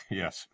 yes